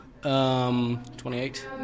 28